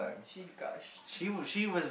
she gushed